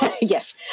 yes